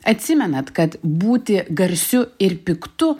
atsimenat kad būti garsiu ir piktu